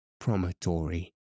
promontory